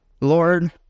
Lord